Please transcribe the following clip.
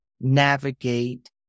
navigate